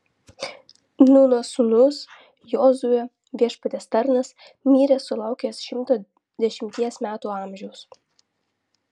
nūno sūnus jozuė viešpaties tarnas mirė sulaukęs šimto dešimties metų amžiaus